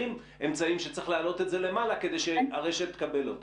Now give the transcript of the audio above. אמצעים שצריך להעלות את זה למעלה כדי שהרשת תקבל אותה?